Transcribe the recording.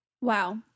wow